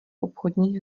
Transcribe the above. obchodních